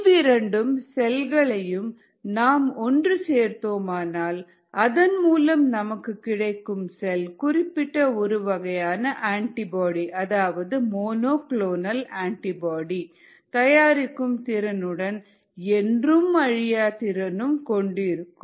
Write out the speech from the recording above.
இவ்விரண்டு செல்களையும் நாம் ஒன்று சேர்த்தோம் என்றால் அதன்மூலம் நமக்கு கிடைக்கும் செல் குறிப்பிட்ட ஒரு வகையான ஆன்டிபாடி அதாவது மோனோ குளோனல் ஆன்டிபாடி தயாரிக்கும் திறனுடன் என்றும் அழியா திறனும் கொண்டு இருக்கும்